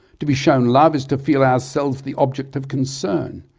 to be shown love is to feel ourselves the object of concern.